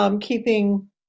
keeping